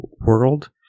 world